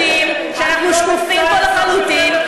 כולנו יודעים שאנחנו שקופים פה לחלוטין,